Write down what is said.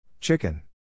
Chicken